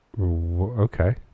Okay